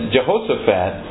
Jehoshaphat